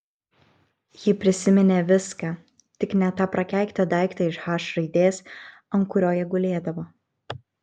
ji prisiminė viską tik ne tą prakeiktą daiktą iš h raidės ant kurio jie gulėdavo